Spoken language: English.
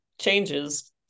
changes